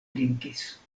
trinkis